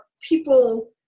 people